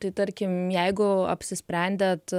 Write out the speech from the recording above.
tai tarkim jeigu apsisprendėt